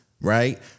right